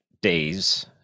days